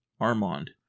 Armand